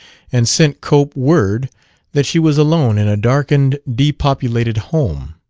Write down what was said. and sent cope word that she was alone in a darkened, depopulated home.